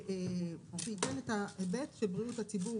שייתן את ההיבט של בריאות הציבור.